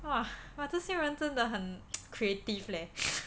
!wah! but 这些人真的很 creative leh